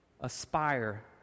aspire